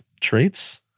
traits